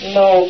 no